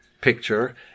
Picture